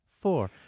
four